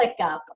ClickUp